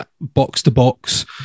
box-to-box